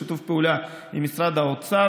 בשיתוף פעולה עם משרד האוצר,